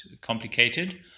complicated